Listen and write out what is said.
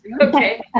Okay